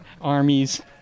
armies